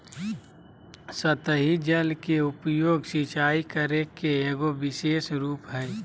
सतही जल के उपयोग, सिंचाई करे के एगो विशेष रूप हइ